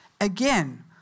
Again